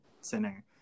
center